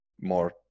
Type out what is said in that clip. more